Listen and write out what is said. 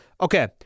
Okay